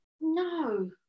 No